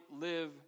live